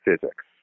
physics